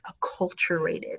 acculturated